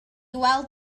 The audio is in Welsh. weld